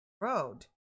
road